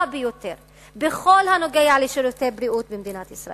ביותר בכל הנוגע לשירותי בריאות במדינת ישראל.